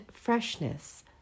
freshness